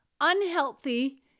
Unhealthy